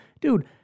dude